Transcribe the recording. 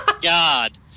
god